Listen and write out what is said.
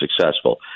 successful